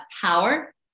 power